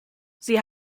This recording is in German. sie